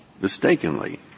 Mistakenly